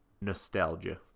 nostalgia